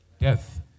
death